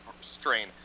strain